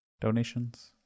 donations